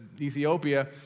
Ethiopia